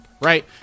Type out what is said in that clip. Right